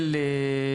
לכך